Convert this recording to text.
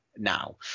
now